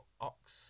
Ox